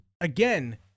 again